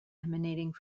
emanating